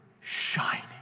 shining